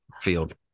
field